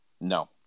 No